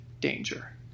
danger